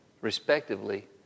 respectively